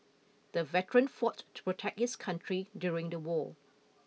the veteran fought to protect his country during the war